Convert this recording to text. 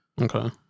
Okay